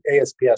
ASPS